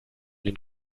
den